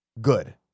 good